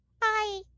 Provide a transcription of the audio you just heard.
Bye